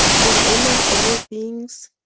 we honor all beings,